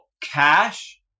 cash